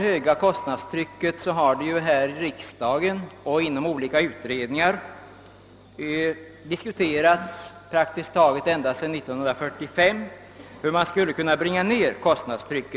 Här i riksdagen och inom olika ut redningar har det praktiskt taget ända sedan år 1945 diskuterats hur man skulle kunna bringa ned detta höga kostnadstryck.